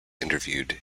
interviewed